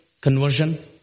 conversion